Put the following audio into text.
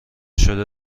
شده